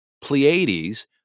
Pleiades